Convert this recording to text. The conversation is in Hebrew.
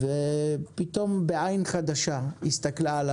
פתאום בעין חדשה הסתכלה על